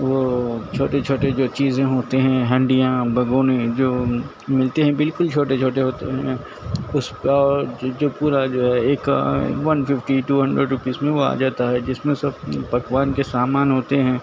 وہ چھوٹے چھوٹے جو چیزیں ہوتے ہیں ہڈیاں بھگونے جو ملتے ہیں بالکل چھوٹے چھوٹے ہوتے ہیں اس کا جو پورا جو ہے ایک one fifty two hundred rupees میں وہ آ جاتا ہے جس میں سب پکوان کے سامان ہوتے ہیں